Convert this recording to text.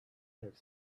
have